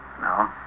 No